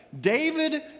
David